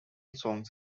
songs